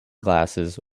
glasses